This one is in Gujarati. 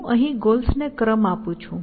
હું અહીં ગોલ્સને ક્રમ આપું છું